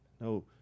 No